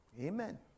Amen